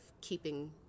keeping